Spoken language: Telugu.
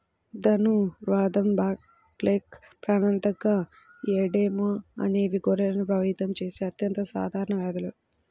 ధనుర్వాతం, బ్లాక్లెగ్, ప్రాణాంతక ఎడెమా అనేవి గొర్రెలను ప్రభావితం చేసే అత్యంత సాధారణ వ్యాధులు